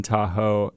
Tahoe